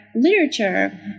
literature